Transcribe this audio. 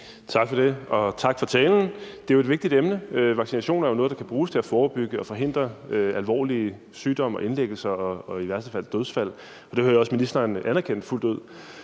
Tak for det, og tak for talen. Det er et vigtigt emne. Vaccination er jo noget, der kan bruges til at forebygge og forhindre alvorlig sygdom og indlæggelser og i værste fald dødsfald. Det hører jeg også ministeren anerkende fuldt ud.